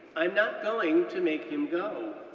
i'm not going to make him go,